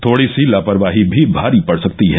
थोड़ी सी लापरवाही भी भारी पड़ सकती है